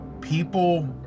people